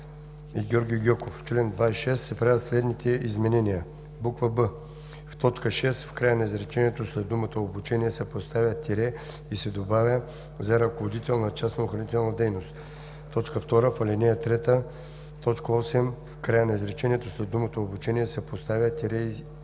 и Георги Гьоков. „В чл. 26 се правят следните изменения: … б) в т. 6, в края на изречението, след думата „обучение“ се поставя тире и се добавя „за ръководител на частна охранителна дейност“. 2. в ал. 3, т. 8, в края на изречението, след думата „обучение“ се поставя тире и се добавя